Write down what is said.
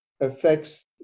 affects